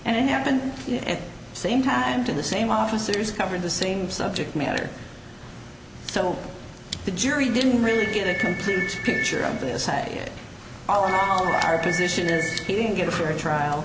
and it happened at the same time to the same officers covered the same subject matter so the jury didn't really get a complete picture of this at all our position there he didn't get a fair trial